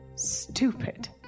Stupid